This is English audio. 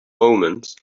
omens